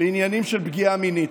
בעניינים של פגיעה מינית.